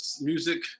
music